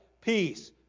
peace